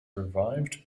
revived